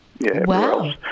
Wow